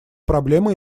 проблема